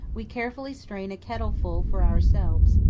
we carefully strain a kettleful for ourselves,